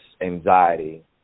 anxiety